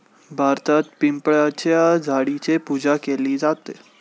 भारतात पिंपळाच्या झाडाची पूजा केली जाते